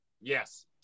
Yes